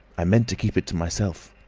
i meant to keep it to myself.